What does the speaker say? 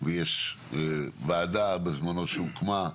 ויש ועדה בזמנו, שהוקמה,